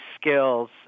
skills